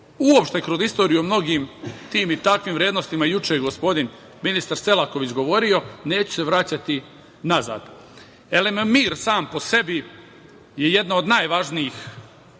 Uopšte kroz istoriju o mnogim tim i takvim vrednostima juče je gospodin ministar Selaković govorio, neću se vraćati nazad. Mir sam po sebi je jedna od najvažnijih